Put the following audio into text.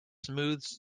smooths